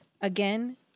Again